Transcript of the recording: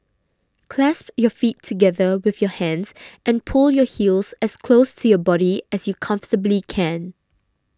clasp your feet together with your hands and pull your heels as close to your body as you comfortably can